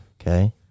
Okay